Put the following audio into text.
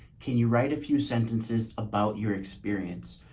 can you write a few sentences about your experience?